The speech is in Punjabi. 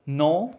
ਨੌ